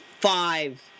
five